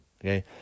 okay